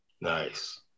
nice